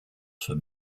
for